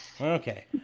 Okay